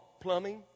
plumbing